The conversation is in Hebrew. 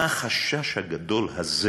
מה החשש הגדול הזה